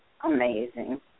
amazing